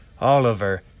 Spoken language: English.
Oliver